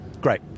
great